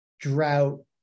drought